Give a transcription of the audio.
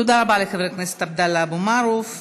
תודה רבה לחבר הכנסת עבדאללה אבו מערוף.